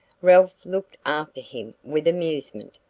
ralph looked after him with amusement.